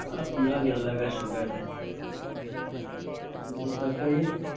اپنا بھی اللہ کا شکر ہے جی بتائیے